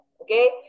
okay